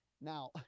Now